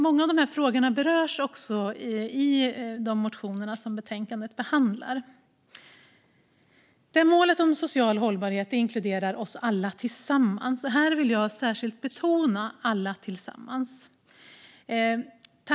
Många av dessa frågor berörs också i de motioner som betänkandet behandlar. Målet om social hållbarhet inkluderar oss alla tillsammans, och här vill jag särskilt betona alla tillsammans .